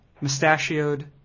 mustachioed